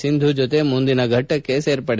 ಸಿಂಧು ಜೊತೆ ಮುಂದಿನ ಫಟ್ಟಕ್ಕೆ ಸೇರ್ಪಡೆ